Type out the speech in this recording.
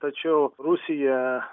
tačiau rusija